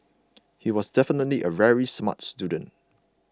he was definitely a very smart student